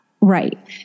Right